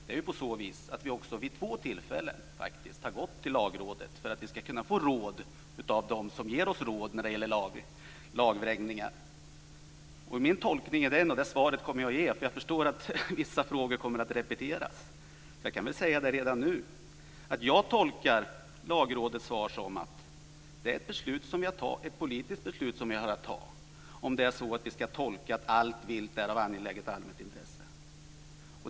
Det är på så vis att vi också vid två tillfällen faktiskt har gått till Lagrådet för att vi ska kunna få råd av dem som ger oss råd när det gäller lagvrängning. Min tolkning av Lagrådets svar är den - och det svaret kan jag ge redan nu, för jag förstår att vissa frågor kommer att repeteras - att vi får lov att fatta ett politiskt beslut om vi ska tolka att allt vilt är av angeläget allmänt intresse.